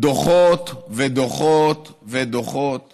דוחות ודוחות ודוחות